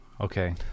okay